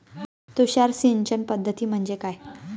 तुषार सिंचन पद्धती म्हणजे काय?